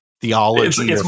theology